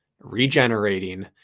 regenerating